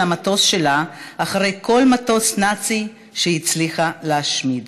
המטוס שלה אחרי כל מטוס נאצי שהצליחה להשמיד.